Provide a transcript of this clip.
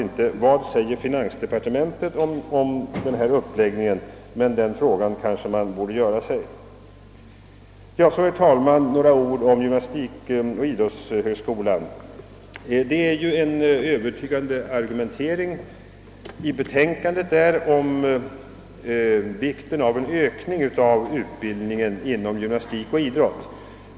I reservationen frågas inte vad finansministern säger om utskottets förslag, men den frågan kanske man borde ställa? Så vill jag, herr talman, säga några ord om gymnastikoch idrottshögskolan. Det är ju en övertygande argumentering om vikten av en ökning av gymnastikoch idrottsutbildningen som framläggs i betänkandet.